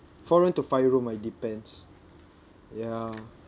four-room to five-room ah it depends ya